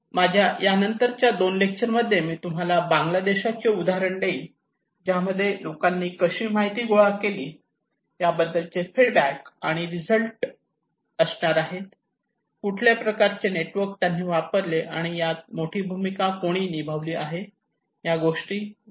माझ्या यानंतरच्या 2 लेक्चर मध्ये मी तुम्हाला बांगलादेशाचे उदाहरण देईन ज्यामध्ये लोकांनी कशी माहिती गोळा केली याबद्दलचे फीडबॅक आणि रिझल्ट असणार आहेत आणि कुठल्या प्रकारचे नेटवर्क त्यांनी वापरले आणि यात मोठी भूमिका कोणी निभावली हे आहे